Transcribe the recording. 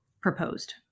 proposed